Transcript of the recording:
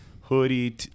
hoodie